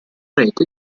rete